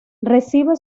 recibe